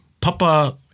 papa